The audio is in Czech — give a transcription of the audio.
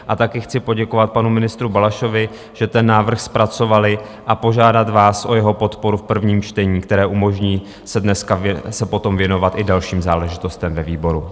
A také chci poděkovat panu ministru Balašovi, že ten návrh zpracovali, a požádat vás o jeho podporu v prvním čtení, které umožní se potom věnovat i dalším záležitostem ve výboru.